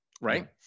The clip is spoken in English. right